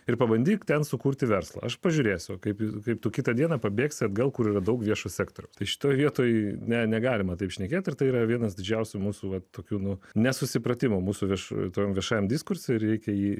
ir pabandyk ten sukurti verslą aš pažiūrėsiu kaip ir kaip tu kitą dieną pabėgsi atgal kur yra daug viešo sektoriaus tai šitoje vietoj ne negalima taip šnekėti ir tai yra vienas didžiausių mūsų va tokių nesusipratimų mūsų virš to viešajam diskursui reikia jį